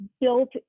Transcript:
built